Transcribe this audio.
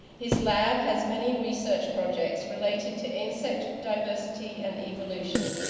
his lab has many research projects related to insect diversity and evolution,